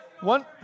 one